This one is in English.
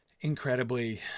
incredibly